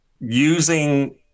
using